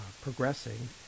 progressing